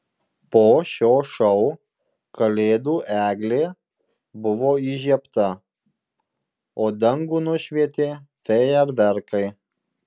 po šio šou kalėdų eglė buvo įžiebta o dangų nušvietė fejerverkai